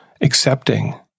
accepting